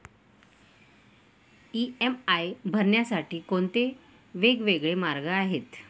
EMI भरण्यासाठी कोणते वेगवेगळे मार्ग आहेत?